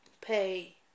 pay